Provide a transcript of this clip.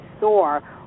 soar